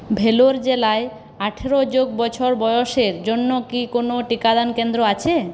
ভেলোর জেলায় আঠেরো যোগ বছর বয়সের জন্য কি কোনও টিকাদান কেন্দ্র আছে